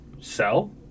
sell